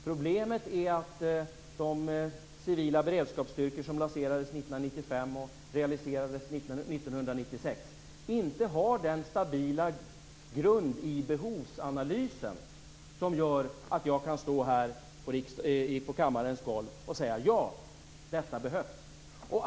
Problemet är att de civila beredskapsstyrkor som lanserades 1995 och realiserades 1996 inte har den stabila grund i behovsanalysen som gör att jag kan stå här på kammarens golv och säga: Ja, detta behövs.